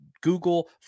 Google